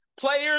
Players